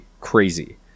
Crazy